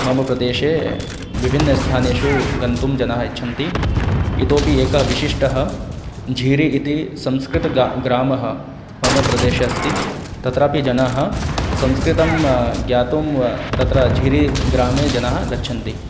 मम प्रदेशे विभिन्नेषु स्थानेषु गन्तुं जनाः इच्छन्ति इतोऽपि एकः विशिष्टः झीरि इति संस्कृतं गा ग्रामः मम प्रदेशे अस्ति तत्रापि जनाः संस्कृतं ज्ञातुं तत्र झिरि ग्रामे जनाः गच्छन्ति